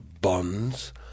bonds